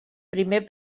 primer